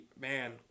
man